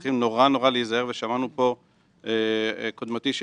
מאפשרים הליך שבו תהיה פנייה לאותו אדם שפרסם: או שאתה מסיר,